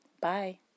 Bye